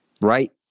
Right